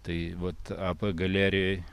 tai vat ap galerijoj